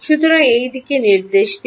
সুতরাং এই দিক নির্দেশ দিন